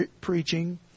preaching